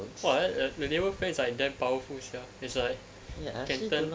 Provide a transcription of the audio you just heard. !wah! then like that your neighbour's fan is like damn powerful sia it's like can turn